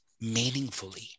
meaningfully